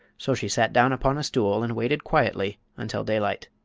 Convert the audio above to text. so she sat down upon a stool and waited quietly until daylight.